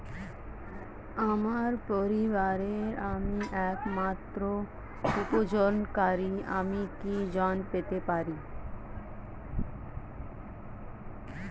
আমার পরিবারের আমি একমাত্র উপার্জনকারী আমি কি ঋণ পেতে পারি?